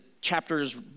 chapters